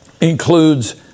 includes